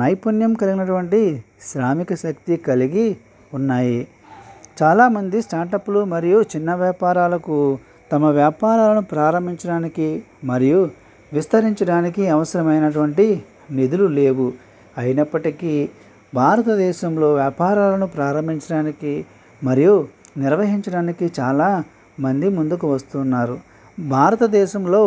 నైపుణ్యం కలిగినటువంటి శ్రామిక శక్తి కలిగి ఉన్నాయి చాలామంది స్టార్ట్అప్లు మరియు చిన్న వ్యాపారాలకు తమ వ్యాపారాలు ప్రారంభించడానికి మరియు విస్తరించడానికి అవసరమైనటువంటి నిధులు లేవు అయినప్పటికీ భారతదేశంలో వ్యాపారాలను ప్రారంభించడానికి మరియు నిర్వహించడానికి చాలా మంది ముందుకు వస్తున్నారు భారతదేశంలో